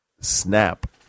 SNAP